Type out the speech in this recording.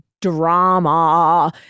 drama